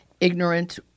ignorant